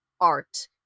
art